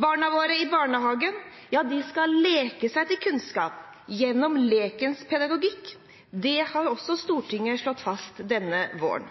Barna våre i barnehagen skal leke seg til kunnskap, gjennom lekens pedagogikk. Det har også Stortinget slått fast denne våren.